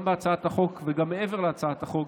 גם בהצעת החוק וגם מעבר להצעת החוק,